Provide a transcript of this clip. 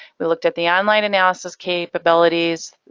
we looked at the online analysis capabilities.